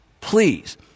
please